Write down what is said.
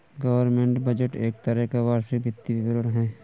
government budget एक तरह का वार्षिक वित्तीय विवरण है